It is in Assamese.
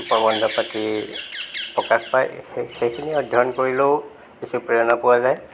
প্ৰবন্ধফাকি প্ৰকাশ পায় সেইখিনি অধ্য়য়ন কৰিলেও কিছু প্ৰেৰণা পোৱা যায়